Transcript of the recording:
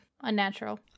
Unnatural